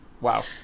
wow